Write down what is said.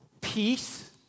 peace